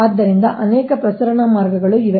ಆದ್ದರಿಂದ ಅನೇಕ ಪ್ರಸರಣ ಮಾರ್ಗಗಳು ಇವೆ